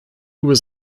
was